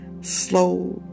Slow